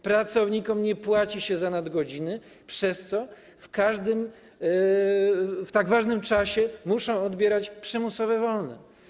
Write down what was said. Pracownikom nie płaci się za nadgodziny, przez co w tak ważnym czasie muszą odbierać przymusowo wolne.